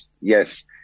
yes